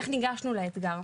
איך ניגשנו לאתגר.